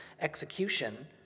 execution